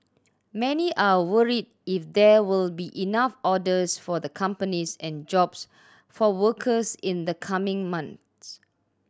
many are worried if there will be enough orders for the companies and jobs for workers in the coming months